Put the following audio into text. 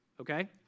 okay